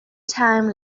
time